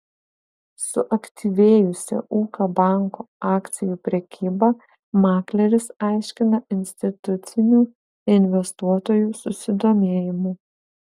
suaktyvėjusią ūkio banko akcijų prekybą makleris aiškina institucinių investuotojų susidomėjimu